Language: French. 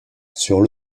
sur